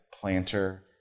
planter